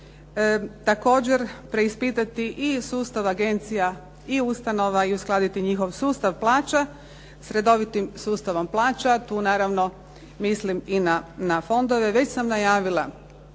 Također preispitati i sustav agencija i ustanova i uskladiti njihov sustav plaća, s redovitim sustavom plaća. Tu naravno mislim i na fondove. Već sam najavila